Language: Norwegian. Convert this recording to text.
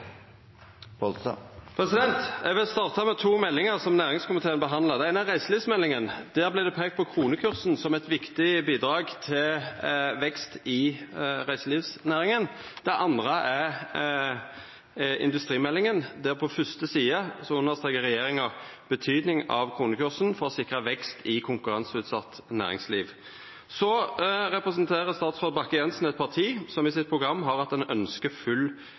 Eg vil starta med to meldingar som næringskomiteen har behandla. Den eine er reiselivsmeldinga. Der vart det peikt på kronekursen som eit viktig bidrag til vekst i reiselivsnæringa. Den andre er industrimeldinga, der regjeringa på ei av dei første sidene understrekar betydninga av kronekursen for å sikra vekst i konkurranseutsett næringsliv. Så representerer statsråd Bakke-Jensen eit parti som i sitt program har at ein ønskjer full